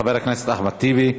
חבר הכנסת אחמד טיבי.